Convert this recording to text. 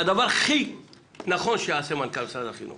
הדבר הכי נכון שיעשה שר החינוך